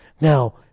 Now